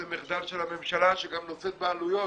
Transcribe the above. זה מחדל של הממשלה שגם נושאת בעלויות